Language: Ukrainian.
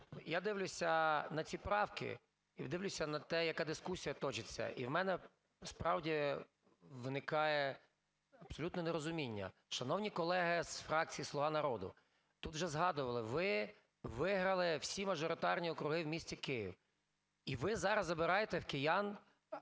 я дивлюся на ці правки і дивлюся на те, яка дискусія точиться, і в мене, справді, виникає абсолютне нерозуміння. Шановні колеги з фракції "Слуга народу", тут вже згадували: ви виграли всі мажоритарні округи в місті Київ. І ви зараз забираєте у киян